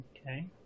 okay